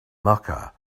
mecca